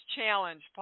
challenge